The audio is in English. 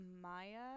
Maya